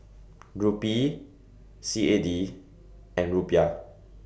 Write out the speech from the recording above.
Rupee C A D and Rupiah